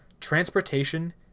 Transportation